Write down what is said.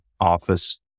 office